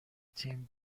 تیم